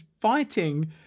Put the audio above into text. fighting